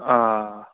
آ